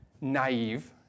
naive